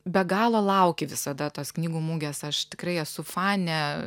be galo lauki visada tos knygų mugės aš tikrai esu fanė